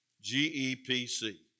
G-E-P-C